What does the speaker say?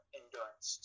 endurance